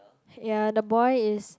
ya the boy is